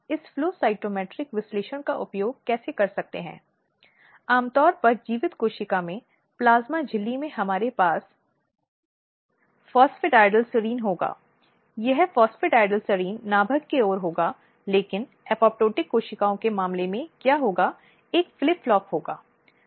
एक महिला होने का उद्देश्य यह सुनिश्चित करना है कि महिला दूसरी महिला की चिंताओं से अवगत है